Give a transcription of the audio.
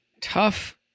Tough